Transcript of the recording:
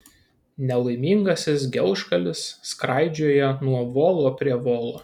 nelaimingasis gelžgalis skraidžioja nuo volo prie volo